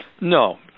No